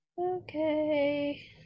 Okay